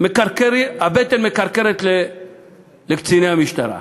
הבטן מקרקרת לקציני המשטרה.